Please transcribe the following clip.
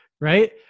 Right